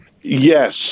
Yes